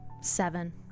Seven